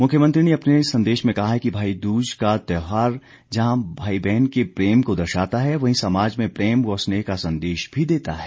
मुख्यमंत्री ने अपने संदेश में कहा है कि भाई दूज का त्यौहार जहां भाई बहन के प्रेम को दर्शाता है वहीं समाज में प्रेम व स्नेह का संदेश भी देता है